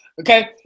Okay